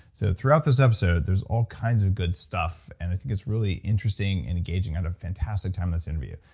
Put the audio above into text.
so throughout this episode, there's all kinds of good stuff, and i think it's really interesting and engaging i had a fantastic time in this interview.